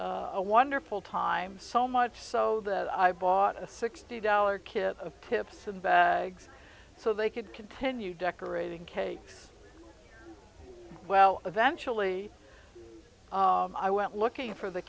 had a wonderful time so much so that i bought a sixty dollars kit of tips and bags so they could continue decorating cake well eventually i went looking for the